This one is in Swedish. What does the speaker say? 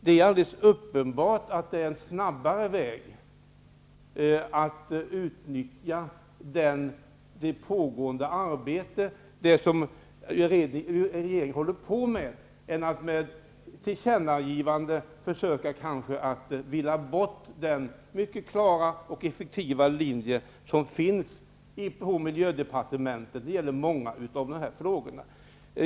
Det är alldeles uppenbart att det är en snabbare väg att utnyttja det arbete som regeringen håller på med än att med tillkännagivanden kanske villa bort den mycket klara och effektiva linje som finns på miljödepartementet. Det gäller många av de här frågorna.